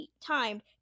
timed